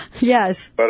Yes